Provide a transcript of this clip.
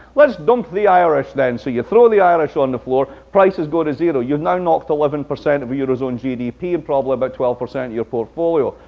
let's dump the irish, then. so you throw the irish on the floor, prices go to zero. you've now knocked eleven percent of euro-zone gdp and probably about twelve percent of your portfolio.